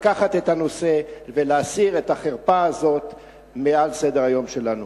לקחת את הנושא ולהסיר את החרפה הזאת מעל סדר-היום שלנו.